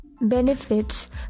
benefits